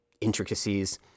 intricacies